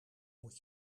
moet